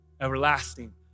everlasting